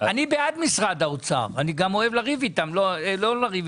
29004, מי בעד אישור העודף הזה, ירים את